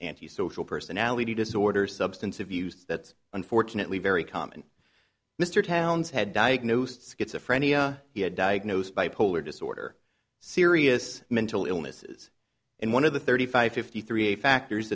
antisocial personality disorder substance abuse that's unfortunately very common mr towns had diagnosed schizophrenia he had diagnosed bipolar disorder serious mental illnesses and one of the thirty five fifty three factors